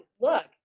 look